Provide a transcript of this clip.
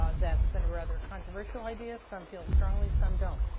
ah that's been rather controversial idea. some feel strongly, some don't.